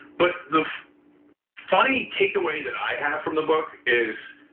but the funny take-away that i have from the book is,